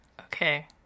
Okay